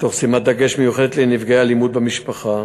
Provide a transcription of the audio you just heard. תוך שימת דגש מיוחדת בנפגעי אלימות במשפחה.